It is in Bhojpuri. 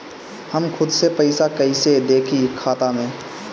हम खुद से पइसा कईसे देखी खाता में?